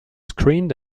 screened